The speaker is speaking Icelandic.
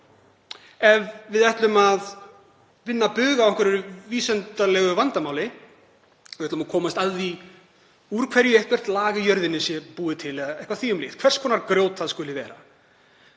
Ef við ætlum að vinna bug á einhverju vísindalegu vandamáli, ef við ætlum t.d. að komast að því úr hverju eitthvert lag á jörðinni er búið til eða eitthvað því um líkt, hvers konar grjót það er,